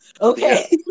okay